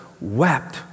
wept